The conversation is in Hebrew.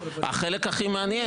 החלק הכי מעניין,